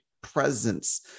presence